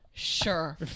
Sure